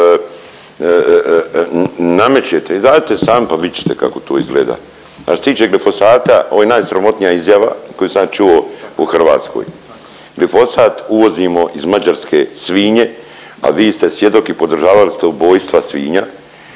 namećete, izađite sami, pa vidit ćete kako to izgleda. A što se tiče glifosata, ovo je najsramotnija izjava koju sam ja čuo u Hrvatskoj. Glifosat, uvozimo iz Mađarske svinje, a vi ste svjedok i podržavali ste ubojstva svinja